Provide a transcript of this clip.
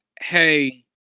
hey